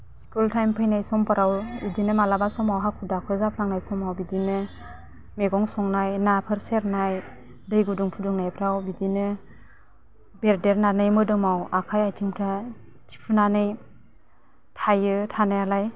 school time फैनाय समफोराव बिदिनो मालाबा समाव हाखु दाखु जाफ्लांनाय समाव बिदिनो मेगं संनाय नाफोर सेरनाय दै गुदुं फुदुंनायफ्राव बिदिनो बेरदेरनानै मोदोमाव आखाइ आइथिंफ्रा थिफुनानै थायो थानायालाय